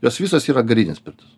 jos visos yra garinės pirtys